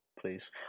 Please